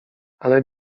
ale